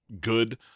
good